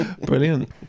Brilliant